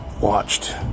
watched